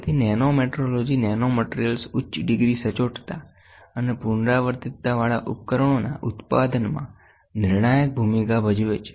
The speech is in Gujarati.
તેથી નેનોમેટ્રોલોજી નેનોમટીરીયલ્સ ઉચ્ચ ડિગ્રી સચોટતા અને પુનરાવર્તિતતાવાળા ઉપકરણોના ઉત્પાદનમાં નિર્ણાયક ભૂમિકા ભજવે છે